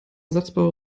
satzbau